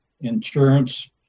insurance